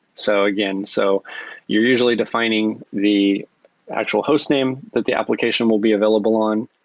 so again, so you're usually defining the actual hostname that the application will be available on,